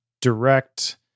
direct